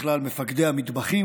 לכלל מפקדי המטבחים,